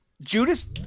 Judas